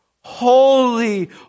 Holy